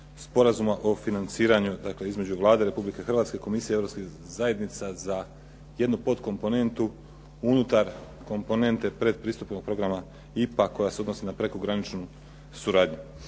Sporazuma o financiranju između Vlade Republike Hrvatske i Komisije europske zajednice za jednu pod komponentu unutar komponente predpristupnog Programa IPA koja se odnosi na prekograničnu suradnju.